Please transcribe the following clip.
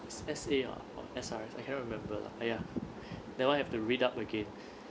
it's S_A or S_R I cannot remember lah !aiya! that [one] have to read up again